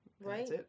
Right